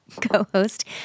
co-host